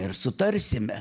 ir sutarsime